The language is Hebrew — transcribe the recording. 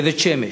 בבית-שמש.